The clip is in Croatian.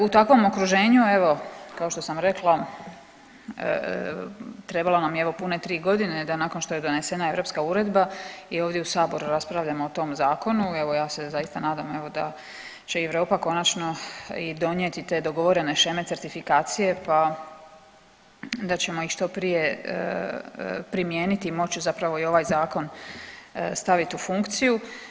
U takvom okruženju evo kao što sam rekla trebalo nam je evo pune tri godine da nakon što je donesena europska uredba i ovdje u saboru raspravljamo o tom zakonu, evo ja se zaista nadam da će Europa konačno i donijeti te dogovorene sheme certifikacije pa da ćemo ih što prije primijeniti i moći zapravo i ovaj zakon stavit u funkciju.